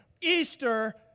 Easter